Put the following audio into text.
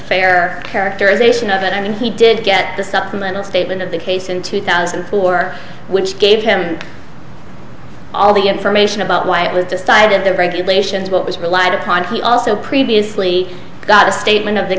fair characterization of it i mean he did get the supplemental statement of the case in two thousand and four which gave him all the information about why it was decided the regulations what was relied upon he also previously got a statement of the